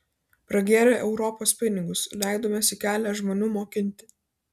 pragėrę europos pinigus leidomės į kelią žmonių mokinti